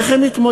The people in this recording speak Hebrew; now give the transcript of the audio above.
איך הן יתמודדו?